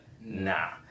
Nah